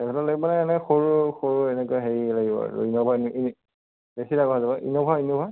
traveller লাগিব নে এনে সৰু সৰু এনেকুৱা হেৰি লাগিব ইন'ভা ই বেছি ডাঙৰ হৈ যাব ইন'ভা ইন'ভা